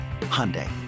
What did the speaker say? Hyundai